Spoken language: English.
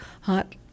Hot